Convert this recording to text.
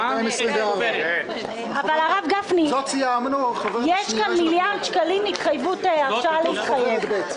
הרב גפני, יש כאן מיליארד שקלים בהרשאה להתחייב.